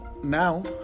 Now